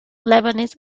lebanese